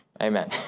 Amen